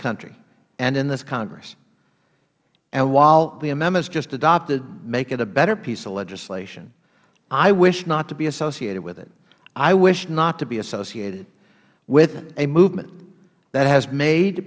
country and in this congress while the amendments just adopted make it a better piece of legislation i wish not to be associated with it i wish not to be associated with a movement that has made